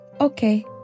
okay